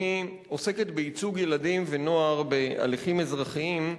שעוסקת בייצוג ילדים ונוער בהליכים אזרחיים,